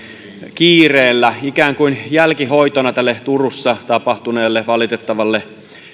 kiireellä ikään kuin jälkihoitona tälle turussa tapahtuneelle valitettavalle